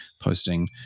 posting